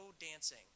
dancing